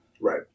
Right